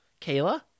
Kayla